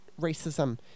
racism